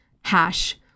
hash